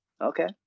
Okay